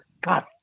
god